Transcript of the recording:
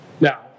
Now